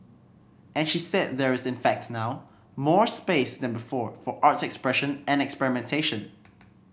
and she said there is in fact now more space than before for arts expression and experimentation